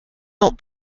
not